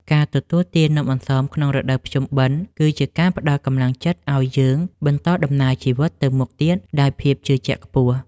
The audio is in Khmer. ការទទួលទាននំអន្សមក្នុងរដូវភ្ជុំបិណ្ឌគឺជាការផ្ដល់កម្លាំងចិត្តឱ្យយើងបន្តដំណើរជីវិតទៅមុខទៀតដោយភាពជឿជាក់ខ្ពស់។